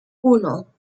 uno